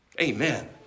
Amen